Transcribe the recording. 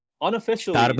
Unofficially